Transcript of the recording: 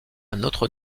notre